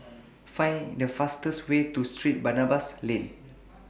Find The fastest Way to St Barnabas Lane